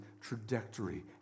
trajectory